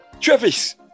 Travis